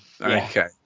Okay